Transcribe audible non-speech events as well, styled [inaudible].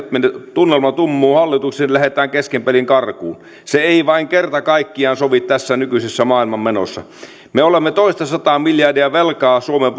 tunnelma tummuu hallituksessa lähdetään kesken pelin karkuun se ei vain kerta kaikkiaan sovi tässä nykyisessä maailmanmenossa me olemme toistasataa miljardia velkaa suomen [unintelligible]